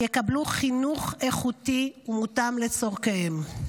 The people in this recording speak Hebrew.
יקבלו חינוך איכותי ומותאם לצורכיהם.